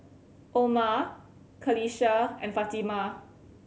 Omar Qalisha and Fatimah